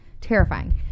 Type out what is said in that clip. terrifying